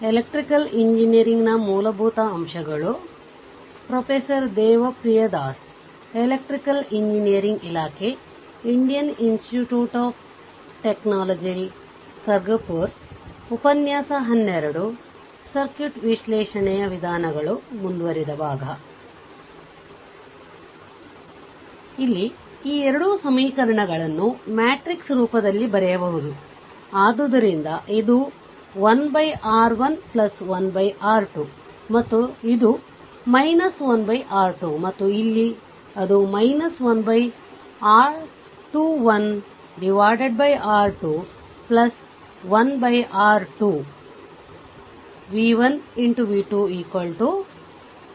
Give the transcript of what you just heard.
ಈ 2 ಸಮೀಕರಣಗಳನ್ನು ಮ್ಯಾಟ್ರಿಕ್ಸ್ ರೂಪದಲ್ಲಿ ಬರೆಯಬಹುದುಆದ್ದರಿಂದ ಇದು 1 R1 1 R2 ಮತ್ತು ಇದು 1 R2 ಮತ್ತು ಇಲ್ಲಿ ಅದು 1 R21 R 2 1 R2 v 1 v 24 6